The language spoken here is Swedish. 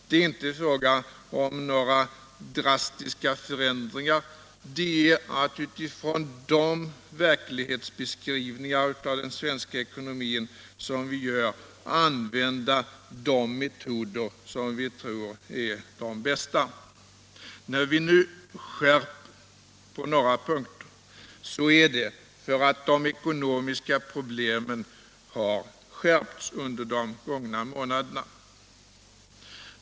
Det är inte fråga om några drastiska förändringar. Det är att utifrån de verklighetsbeskrivningar av den svenska ekonomin som vi gör använda de metoder som vi tror är de bästa. När vi nu skärper på några punkter är det för att de ekonomiska problemen har skärpts under de gångna månaderna.